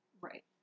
Right